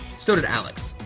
so did alex.